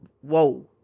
Whoa